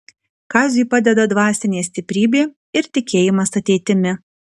kaziui padeda dvasinė stiprybė ir tikėjimas ateitimi